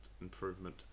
improvement